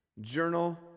Journal